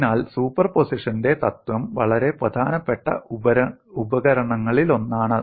അതിനാൽ സൂപ്പർപോസിഷന്റെ തത്വം വളരെ പ്രധാനപ്പെട്ട ഉപകരണങ്ങളിലൊന്നാണ്